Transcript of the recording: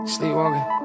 Sleepwalking